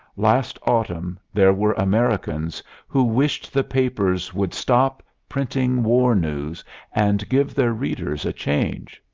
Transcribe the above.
last autumn there were americans who wished the papers would stop printing war news and give their readers a change.